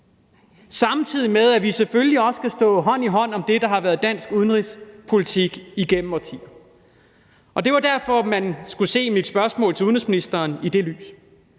samtidig med at det selvfølgelig skal gå hånd i hånd med det, der har været dansk udenrigspolitik igennem årtier. Det var i det lys, man skulle se mit spørgsmål til udenrigsministeren, for jeg